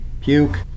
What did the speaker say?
puke